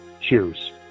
Cheers